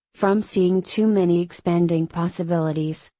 from seeing too many expanding possibilities,